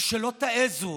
שלא תעזו